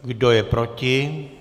Kdo je proti?